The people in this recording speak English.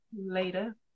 later